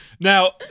now